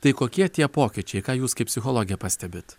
tai kokie tie pokyčiai ką jūs kaip psichologė pastebit